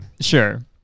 sure